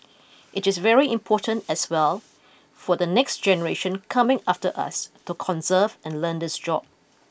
it is very important as well for the next generation coming after us to conserve and learn this job